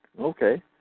Okay